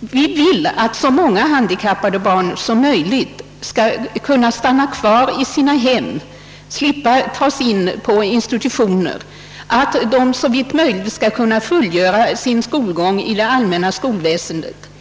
Vi vill att så många handikappade barn som möjligt skall kunna stanna kvar i sina hem och slippa tas in på institutioner och att de såvitt möjligt skall kunna fullgöra sin skolgång inom det allmänna skolväsendet.